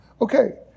Okay